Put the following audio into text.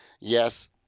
yes